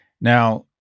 Now